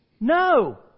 No